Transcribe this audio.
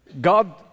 God